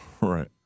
Right